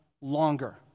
longer